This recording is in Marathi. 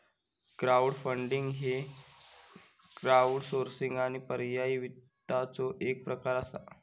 क्राऊडफंडिंग ह्य क्राउडसोर्सिंग आणि पर्यायी वित्ताचो एक प्रकार असा